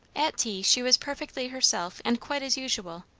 at tea she was perfectly herself and quite as usual,